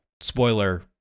Spoiler